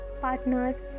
partners